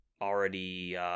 already